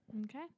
Okay